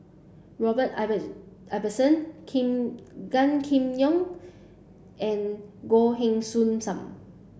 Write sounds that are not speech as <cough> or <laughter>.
Robert <unintelligible> Ibbetson Kim Gan Kim Yong and Goh Heng Soon Sam